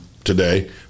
today